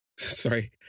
Sorry